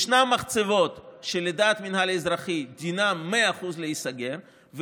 יש מחצבות שלדעת המינהל האזרחי דינן להיסגר במאה אחוז,